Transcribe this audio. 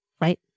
right